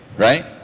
right?